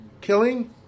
killing